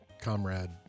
comrade